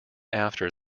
after